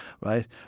right